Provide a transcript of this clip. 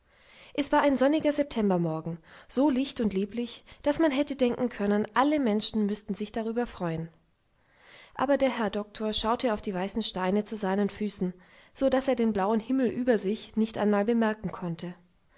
es war ein sonniger septembermorgen so licht und lieblich daß man hätte denken können alle menschen müßten sich darüber freuen aber der herr doktor schaute auf die weißen steine zu seinen füßen so daß er den blauen himmel über sich nicht einmal bemerken konnte